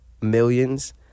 millions